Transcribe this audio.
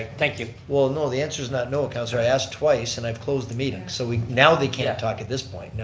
thank you. well no, the answer's not no, councillor, i asked twice and i've closed the meeting, so now they can't talk at this point. no.